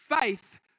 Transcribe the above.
faith